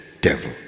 devil